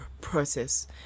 process